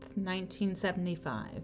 1975